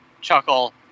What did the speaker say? chuckle